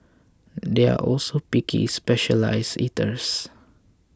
they are also picky specialised eaters